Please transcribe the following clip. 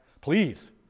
Please